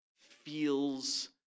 feels